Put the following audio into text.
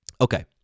Okay